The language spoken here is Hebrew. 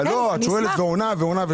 את שואלת ועונה.